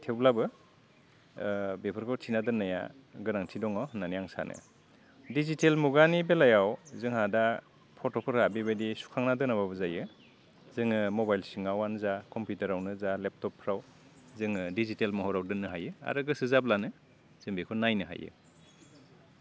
थेवब्लाबो बेफोरखौ थिना दोननाया गोनांथि दङ होननानै आं सानो डिजिटेल मुगानि बेलायाव जोंहा दा फट'फोरा बिबायदि सुखांना दोनाबाबो जायो जोङो मबाइल सिङावआनो जा कम्पिउटारावनो जा लेपटपफ्राव जोङो डिजिटेल महराव दोननो हायो आरो गोसो जाब्लानो जों बेखौ नायनो हायो